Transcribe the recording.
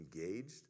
engaged